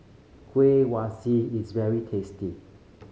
kueh is very tasty